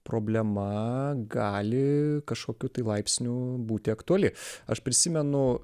problema gali kažkokiu tai laipsniu būti aktuali aš prisimenu